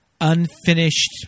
unfinished